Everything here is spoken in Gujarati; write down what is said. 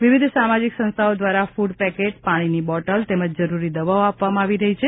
વિવિધ સામાજિક સંસ્થાઓ દ્વારા કૂડ પેકેટ પાણીની બોટલ તેમજ જરૂરી દવાઓ આપવામાં આવી રહ્યા છે